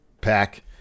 pack